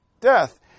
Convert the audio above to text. Death